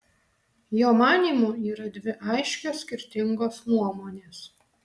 jo manymu yra dvi aiškios skirtingos nuomonės